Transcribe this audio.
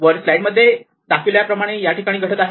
वर स्लाईड मध्ये दाखविल्याप्रमाणे या ठिकाणी घडत आहे